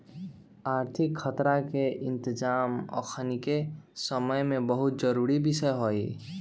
आर्थिक खतरा के इतजाम अखनीके समय में बहुते जरूरी विषय हइ